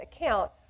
account